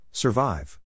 Survive